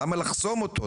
למה לחסום אותו?